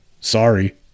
Sorry